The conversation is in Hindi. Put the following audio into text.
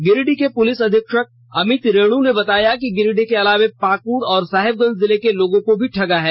गिरिडीह के पुलिस अधीक्षक अमित रेणु ने बताया कि गिरिडीह के अलावे पाक्ड और साहेबगंज जिले के लोगों को भी ठगा है